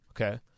Okay